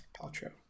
paltrow